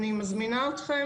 אני מזמינה אתכם,